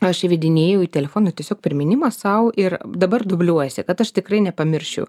aš įvedinėju į telefoną tiesiog priminimą sau ir dabar dubliuojasi kad aš tikrai nepamirščiau